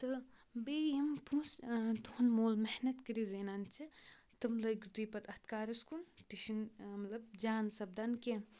تہٕ بیٚیہِ یِم پونٛسہٕ تُہُنٛد مول محنت کٔرِتھ زینان چھِ تِم لٲگِو تُہۍ پَتہٕ اَتھ کارَس کُن تہِ چھِنہٕ مطلب جان سپدان کینٛہہ